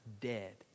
dead